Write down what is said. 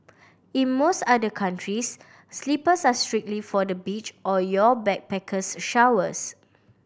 in most other countries slippers are strictly for the beach or your backpackers showers